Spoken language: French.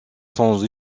sont